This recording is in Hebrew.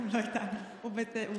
הוא לא איתנו, הוא בשיחה.